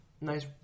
nice